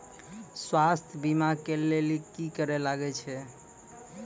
स्वास्थ्य बीमा के लेली की करे लागे छै?